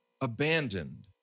abandoned